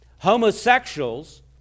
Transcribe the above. Homosexuals